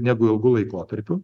negu ilgu laikotarpiu